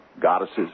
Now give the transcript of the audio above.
goddesses